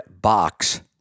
box